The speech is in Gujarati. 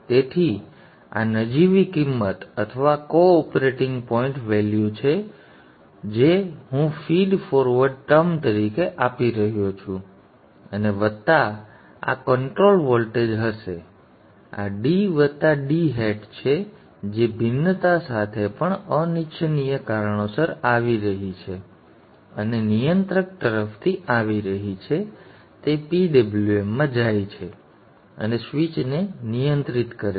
તેથી આ નજીવી કિંમત અથવા કોઓપરેટિંગ પોઇન્ટ વેલ્યુ છે જે હું તેને ફીડ ફોરવર્ડ ટર્મ તરીકે આપી રહ્યો છું અને વત્તા આ આ કંટ્રોલ વોલ્ટેજ હશે અને આ d વત્તા d હેટ છે જે ભિન્નતા સાથે પણ અનિચ્છનીય કારણોસર આવી રહી છે અને નિયંત્રક તરફથી આવી રહી છે તે PWMમાં જાય છે અને સ્વીચને નિયંત્રિત કરે છે